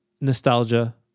nostalgia